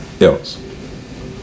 else